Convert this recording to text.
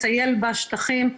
מטייל בשטחים,